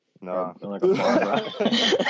No